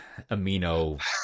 amino